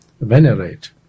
venerate